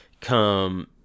come